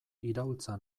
iraultza